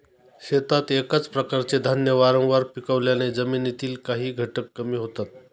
शेतात एकाच प्रकारचे धान्य वारंवार पिकवल्याने जमिनीतील काही घटक कमी होतात